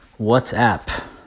WhatsApp